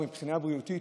מבחינה בריאותית,